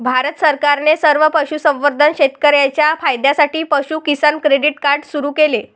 भारत सरकारने सर्व पशुसंवर्धन शेतकर्यांच्या फायद्यासाठी पशु किसान क्रेडिट कार्ड सुरू केले